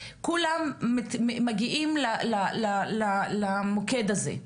כולם מגיעים למוקד הזה.